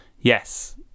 yes